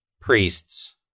priests